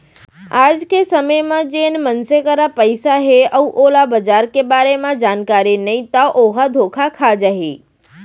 आज के समे म जेन मनसे करा पइसा हे अउ ओला बजार के बारे म जानकारी नइ ता ओहा धोखा खा जाही